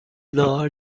نهار